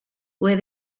where